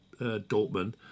Dortmund